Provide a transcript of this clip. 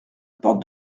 porte